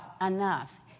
enough